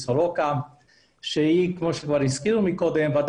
את צריכה להבין: אם יש בעיה,